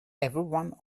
everyone